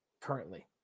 currently